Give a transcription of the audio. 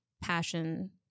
passion